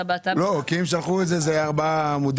נקיים את הדיון